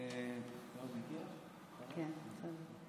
גברתי היושבת-ראש, אדוני השר,